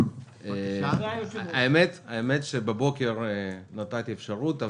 האמת שבבוקר נתתי אפשרות,